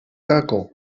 racó